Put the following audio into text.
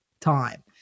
time